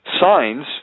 signs